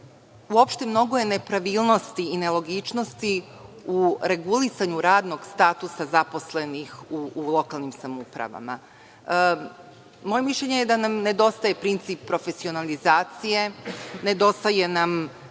Uopšte, mnogo je nepravilnosti i nelogičnosti u regulisanju radnog statusa zaposlenih u lokalnim samoupravama. Moje mišljenje je da nam nedostaje princip profesionalizacije, nedostaje nam